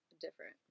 different